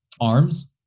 arms